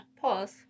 Pause